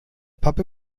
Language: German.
pappe